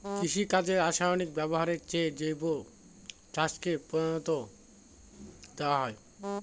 কৃষিকাজে রাসায়নিক ব্যবহারের চেয়ে জৈব চাষকে প্রাধান্য দেওয়া হয়